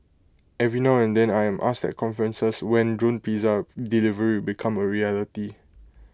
every now and then I am asked at conferences when drone pizza delivery become A reality